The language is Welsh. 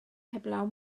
heblaw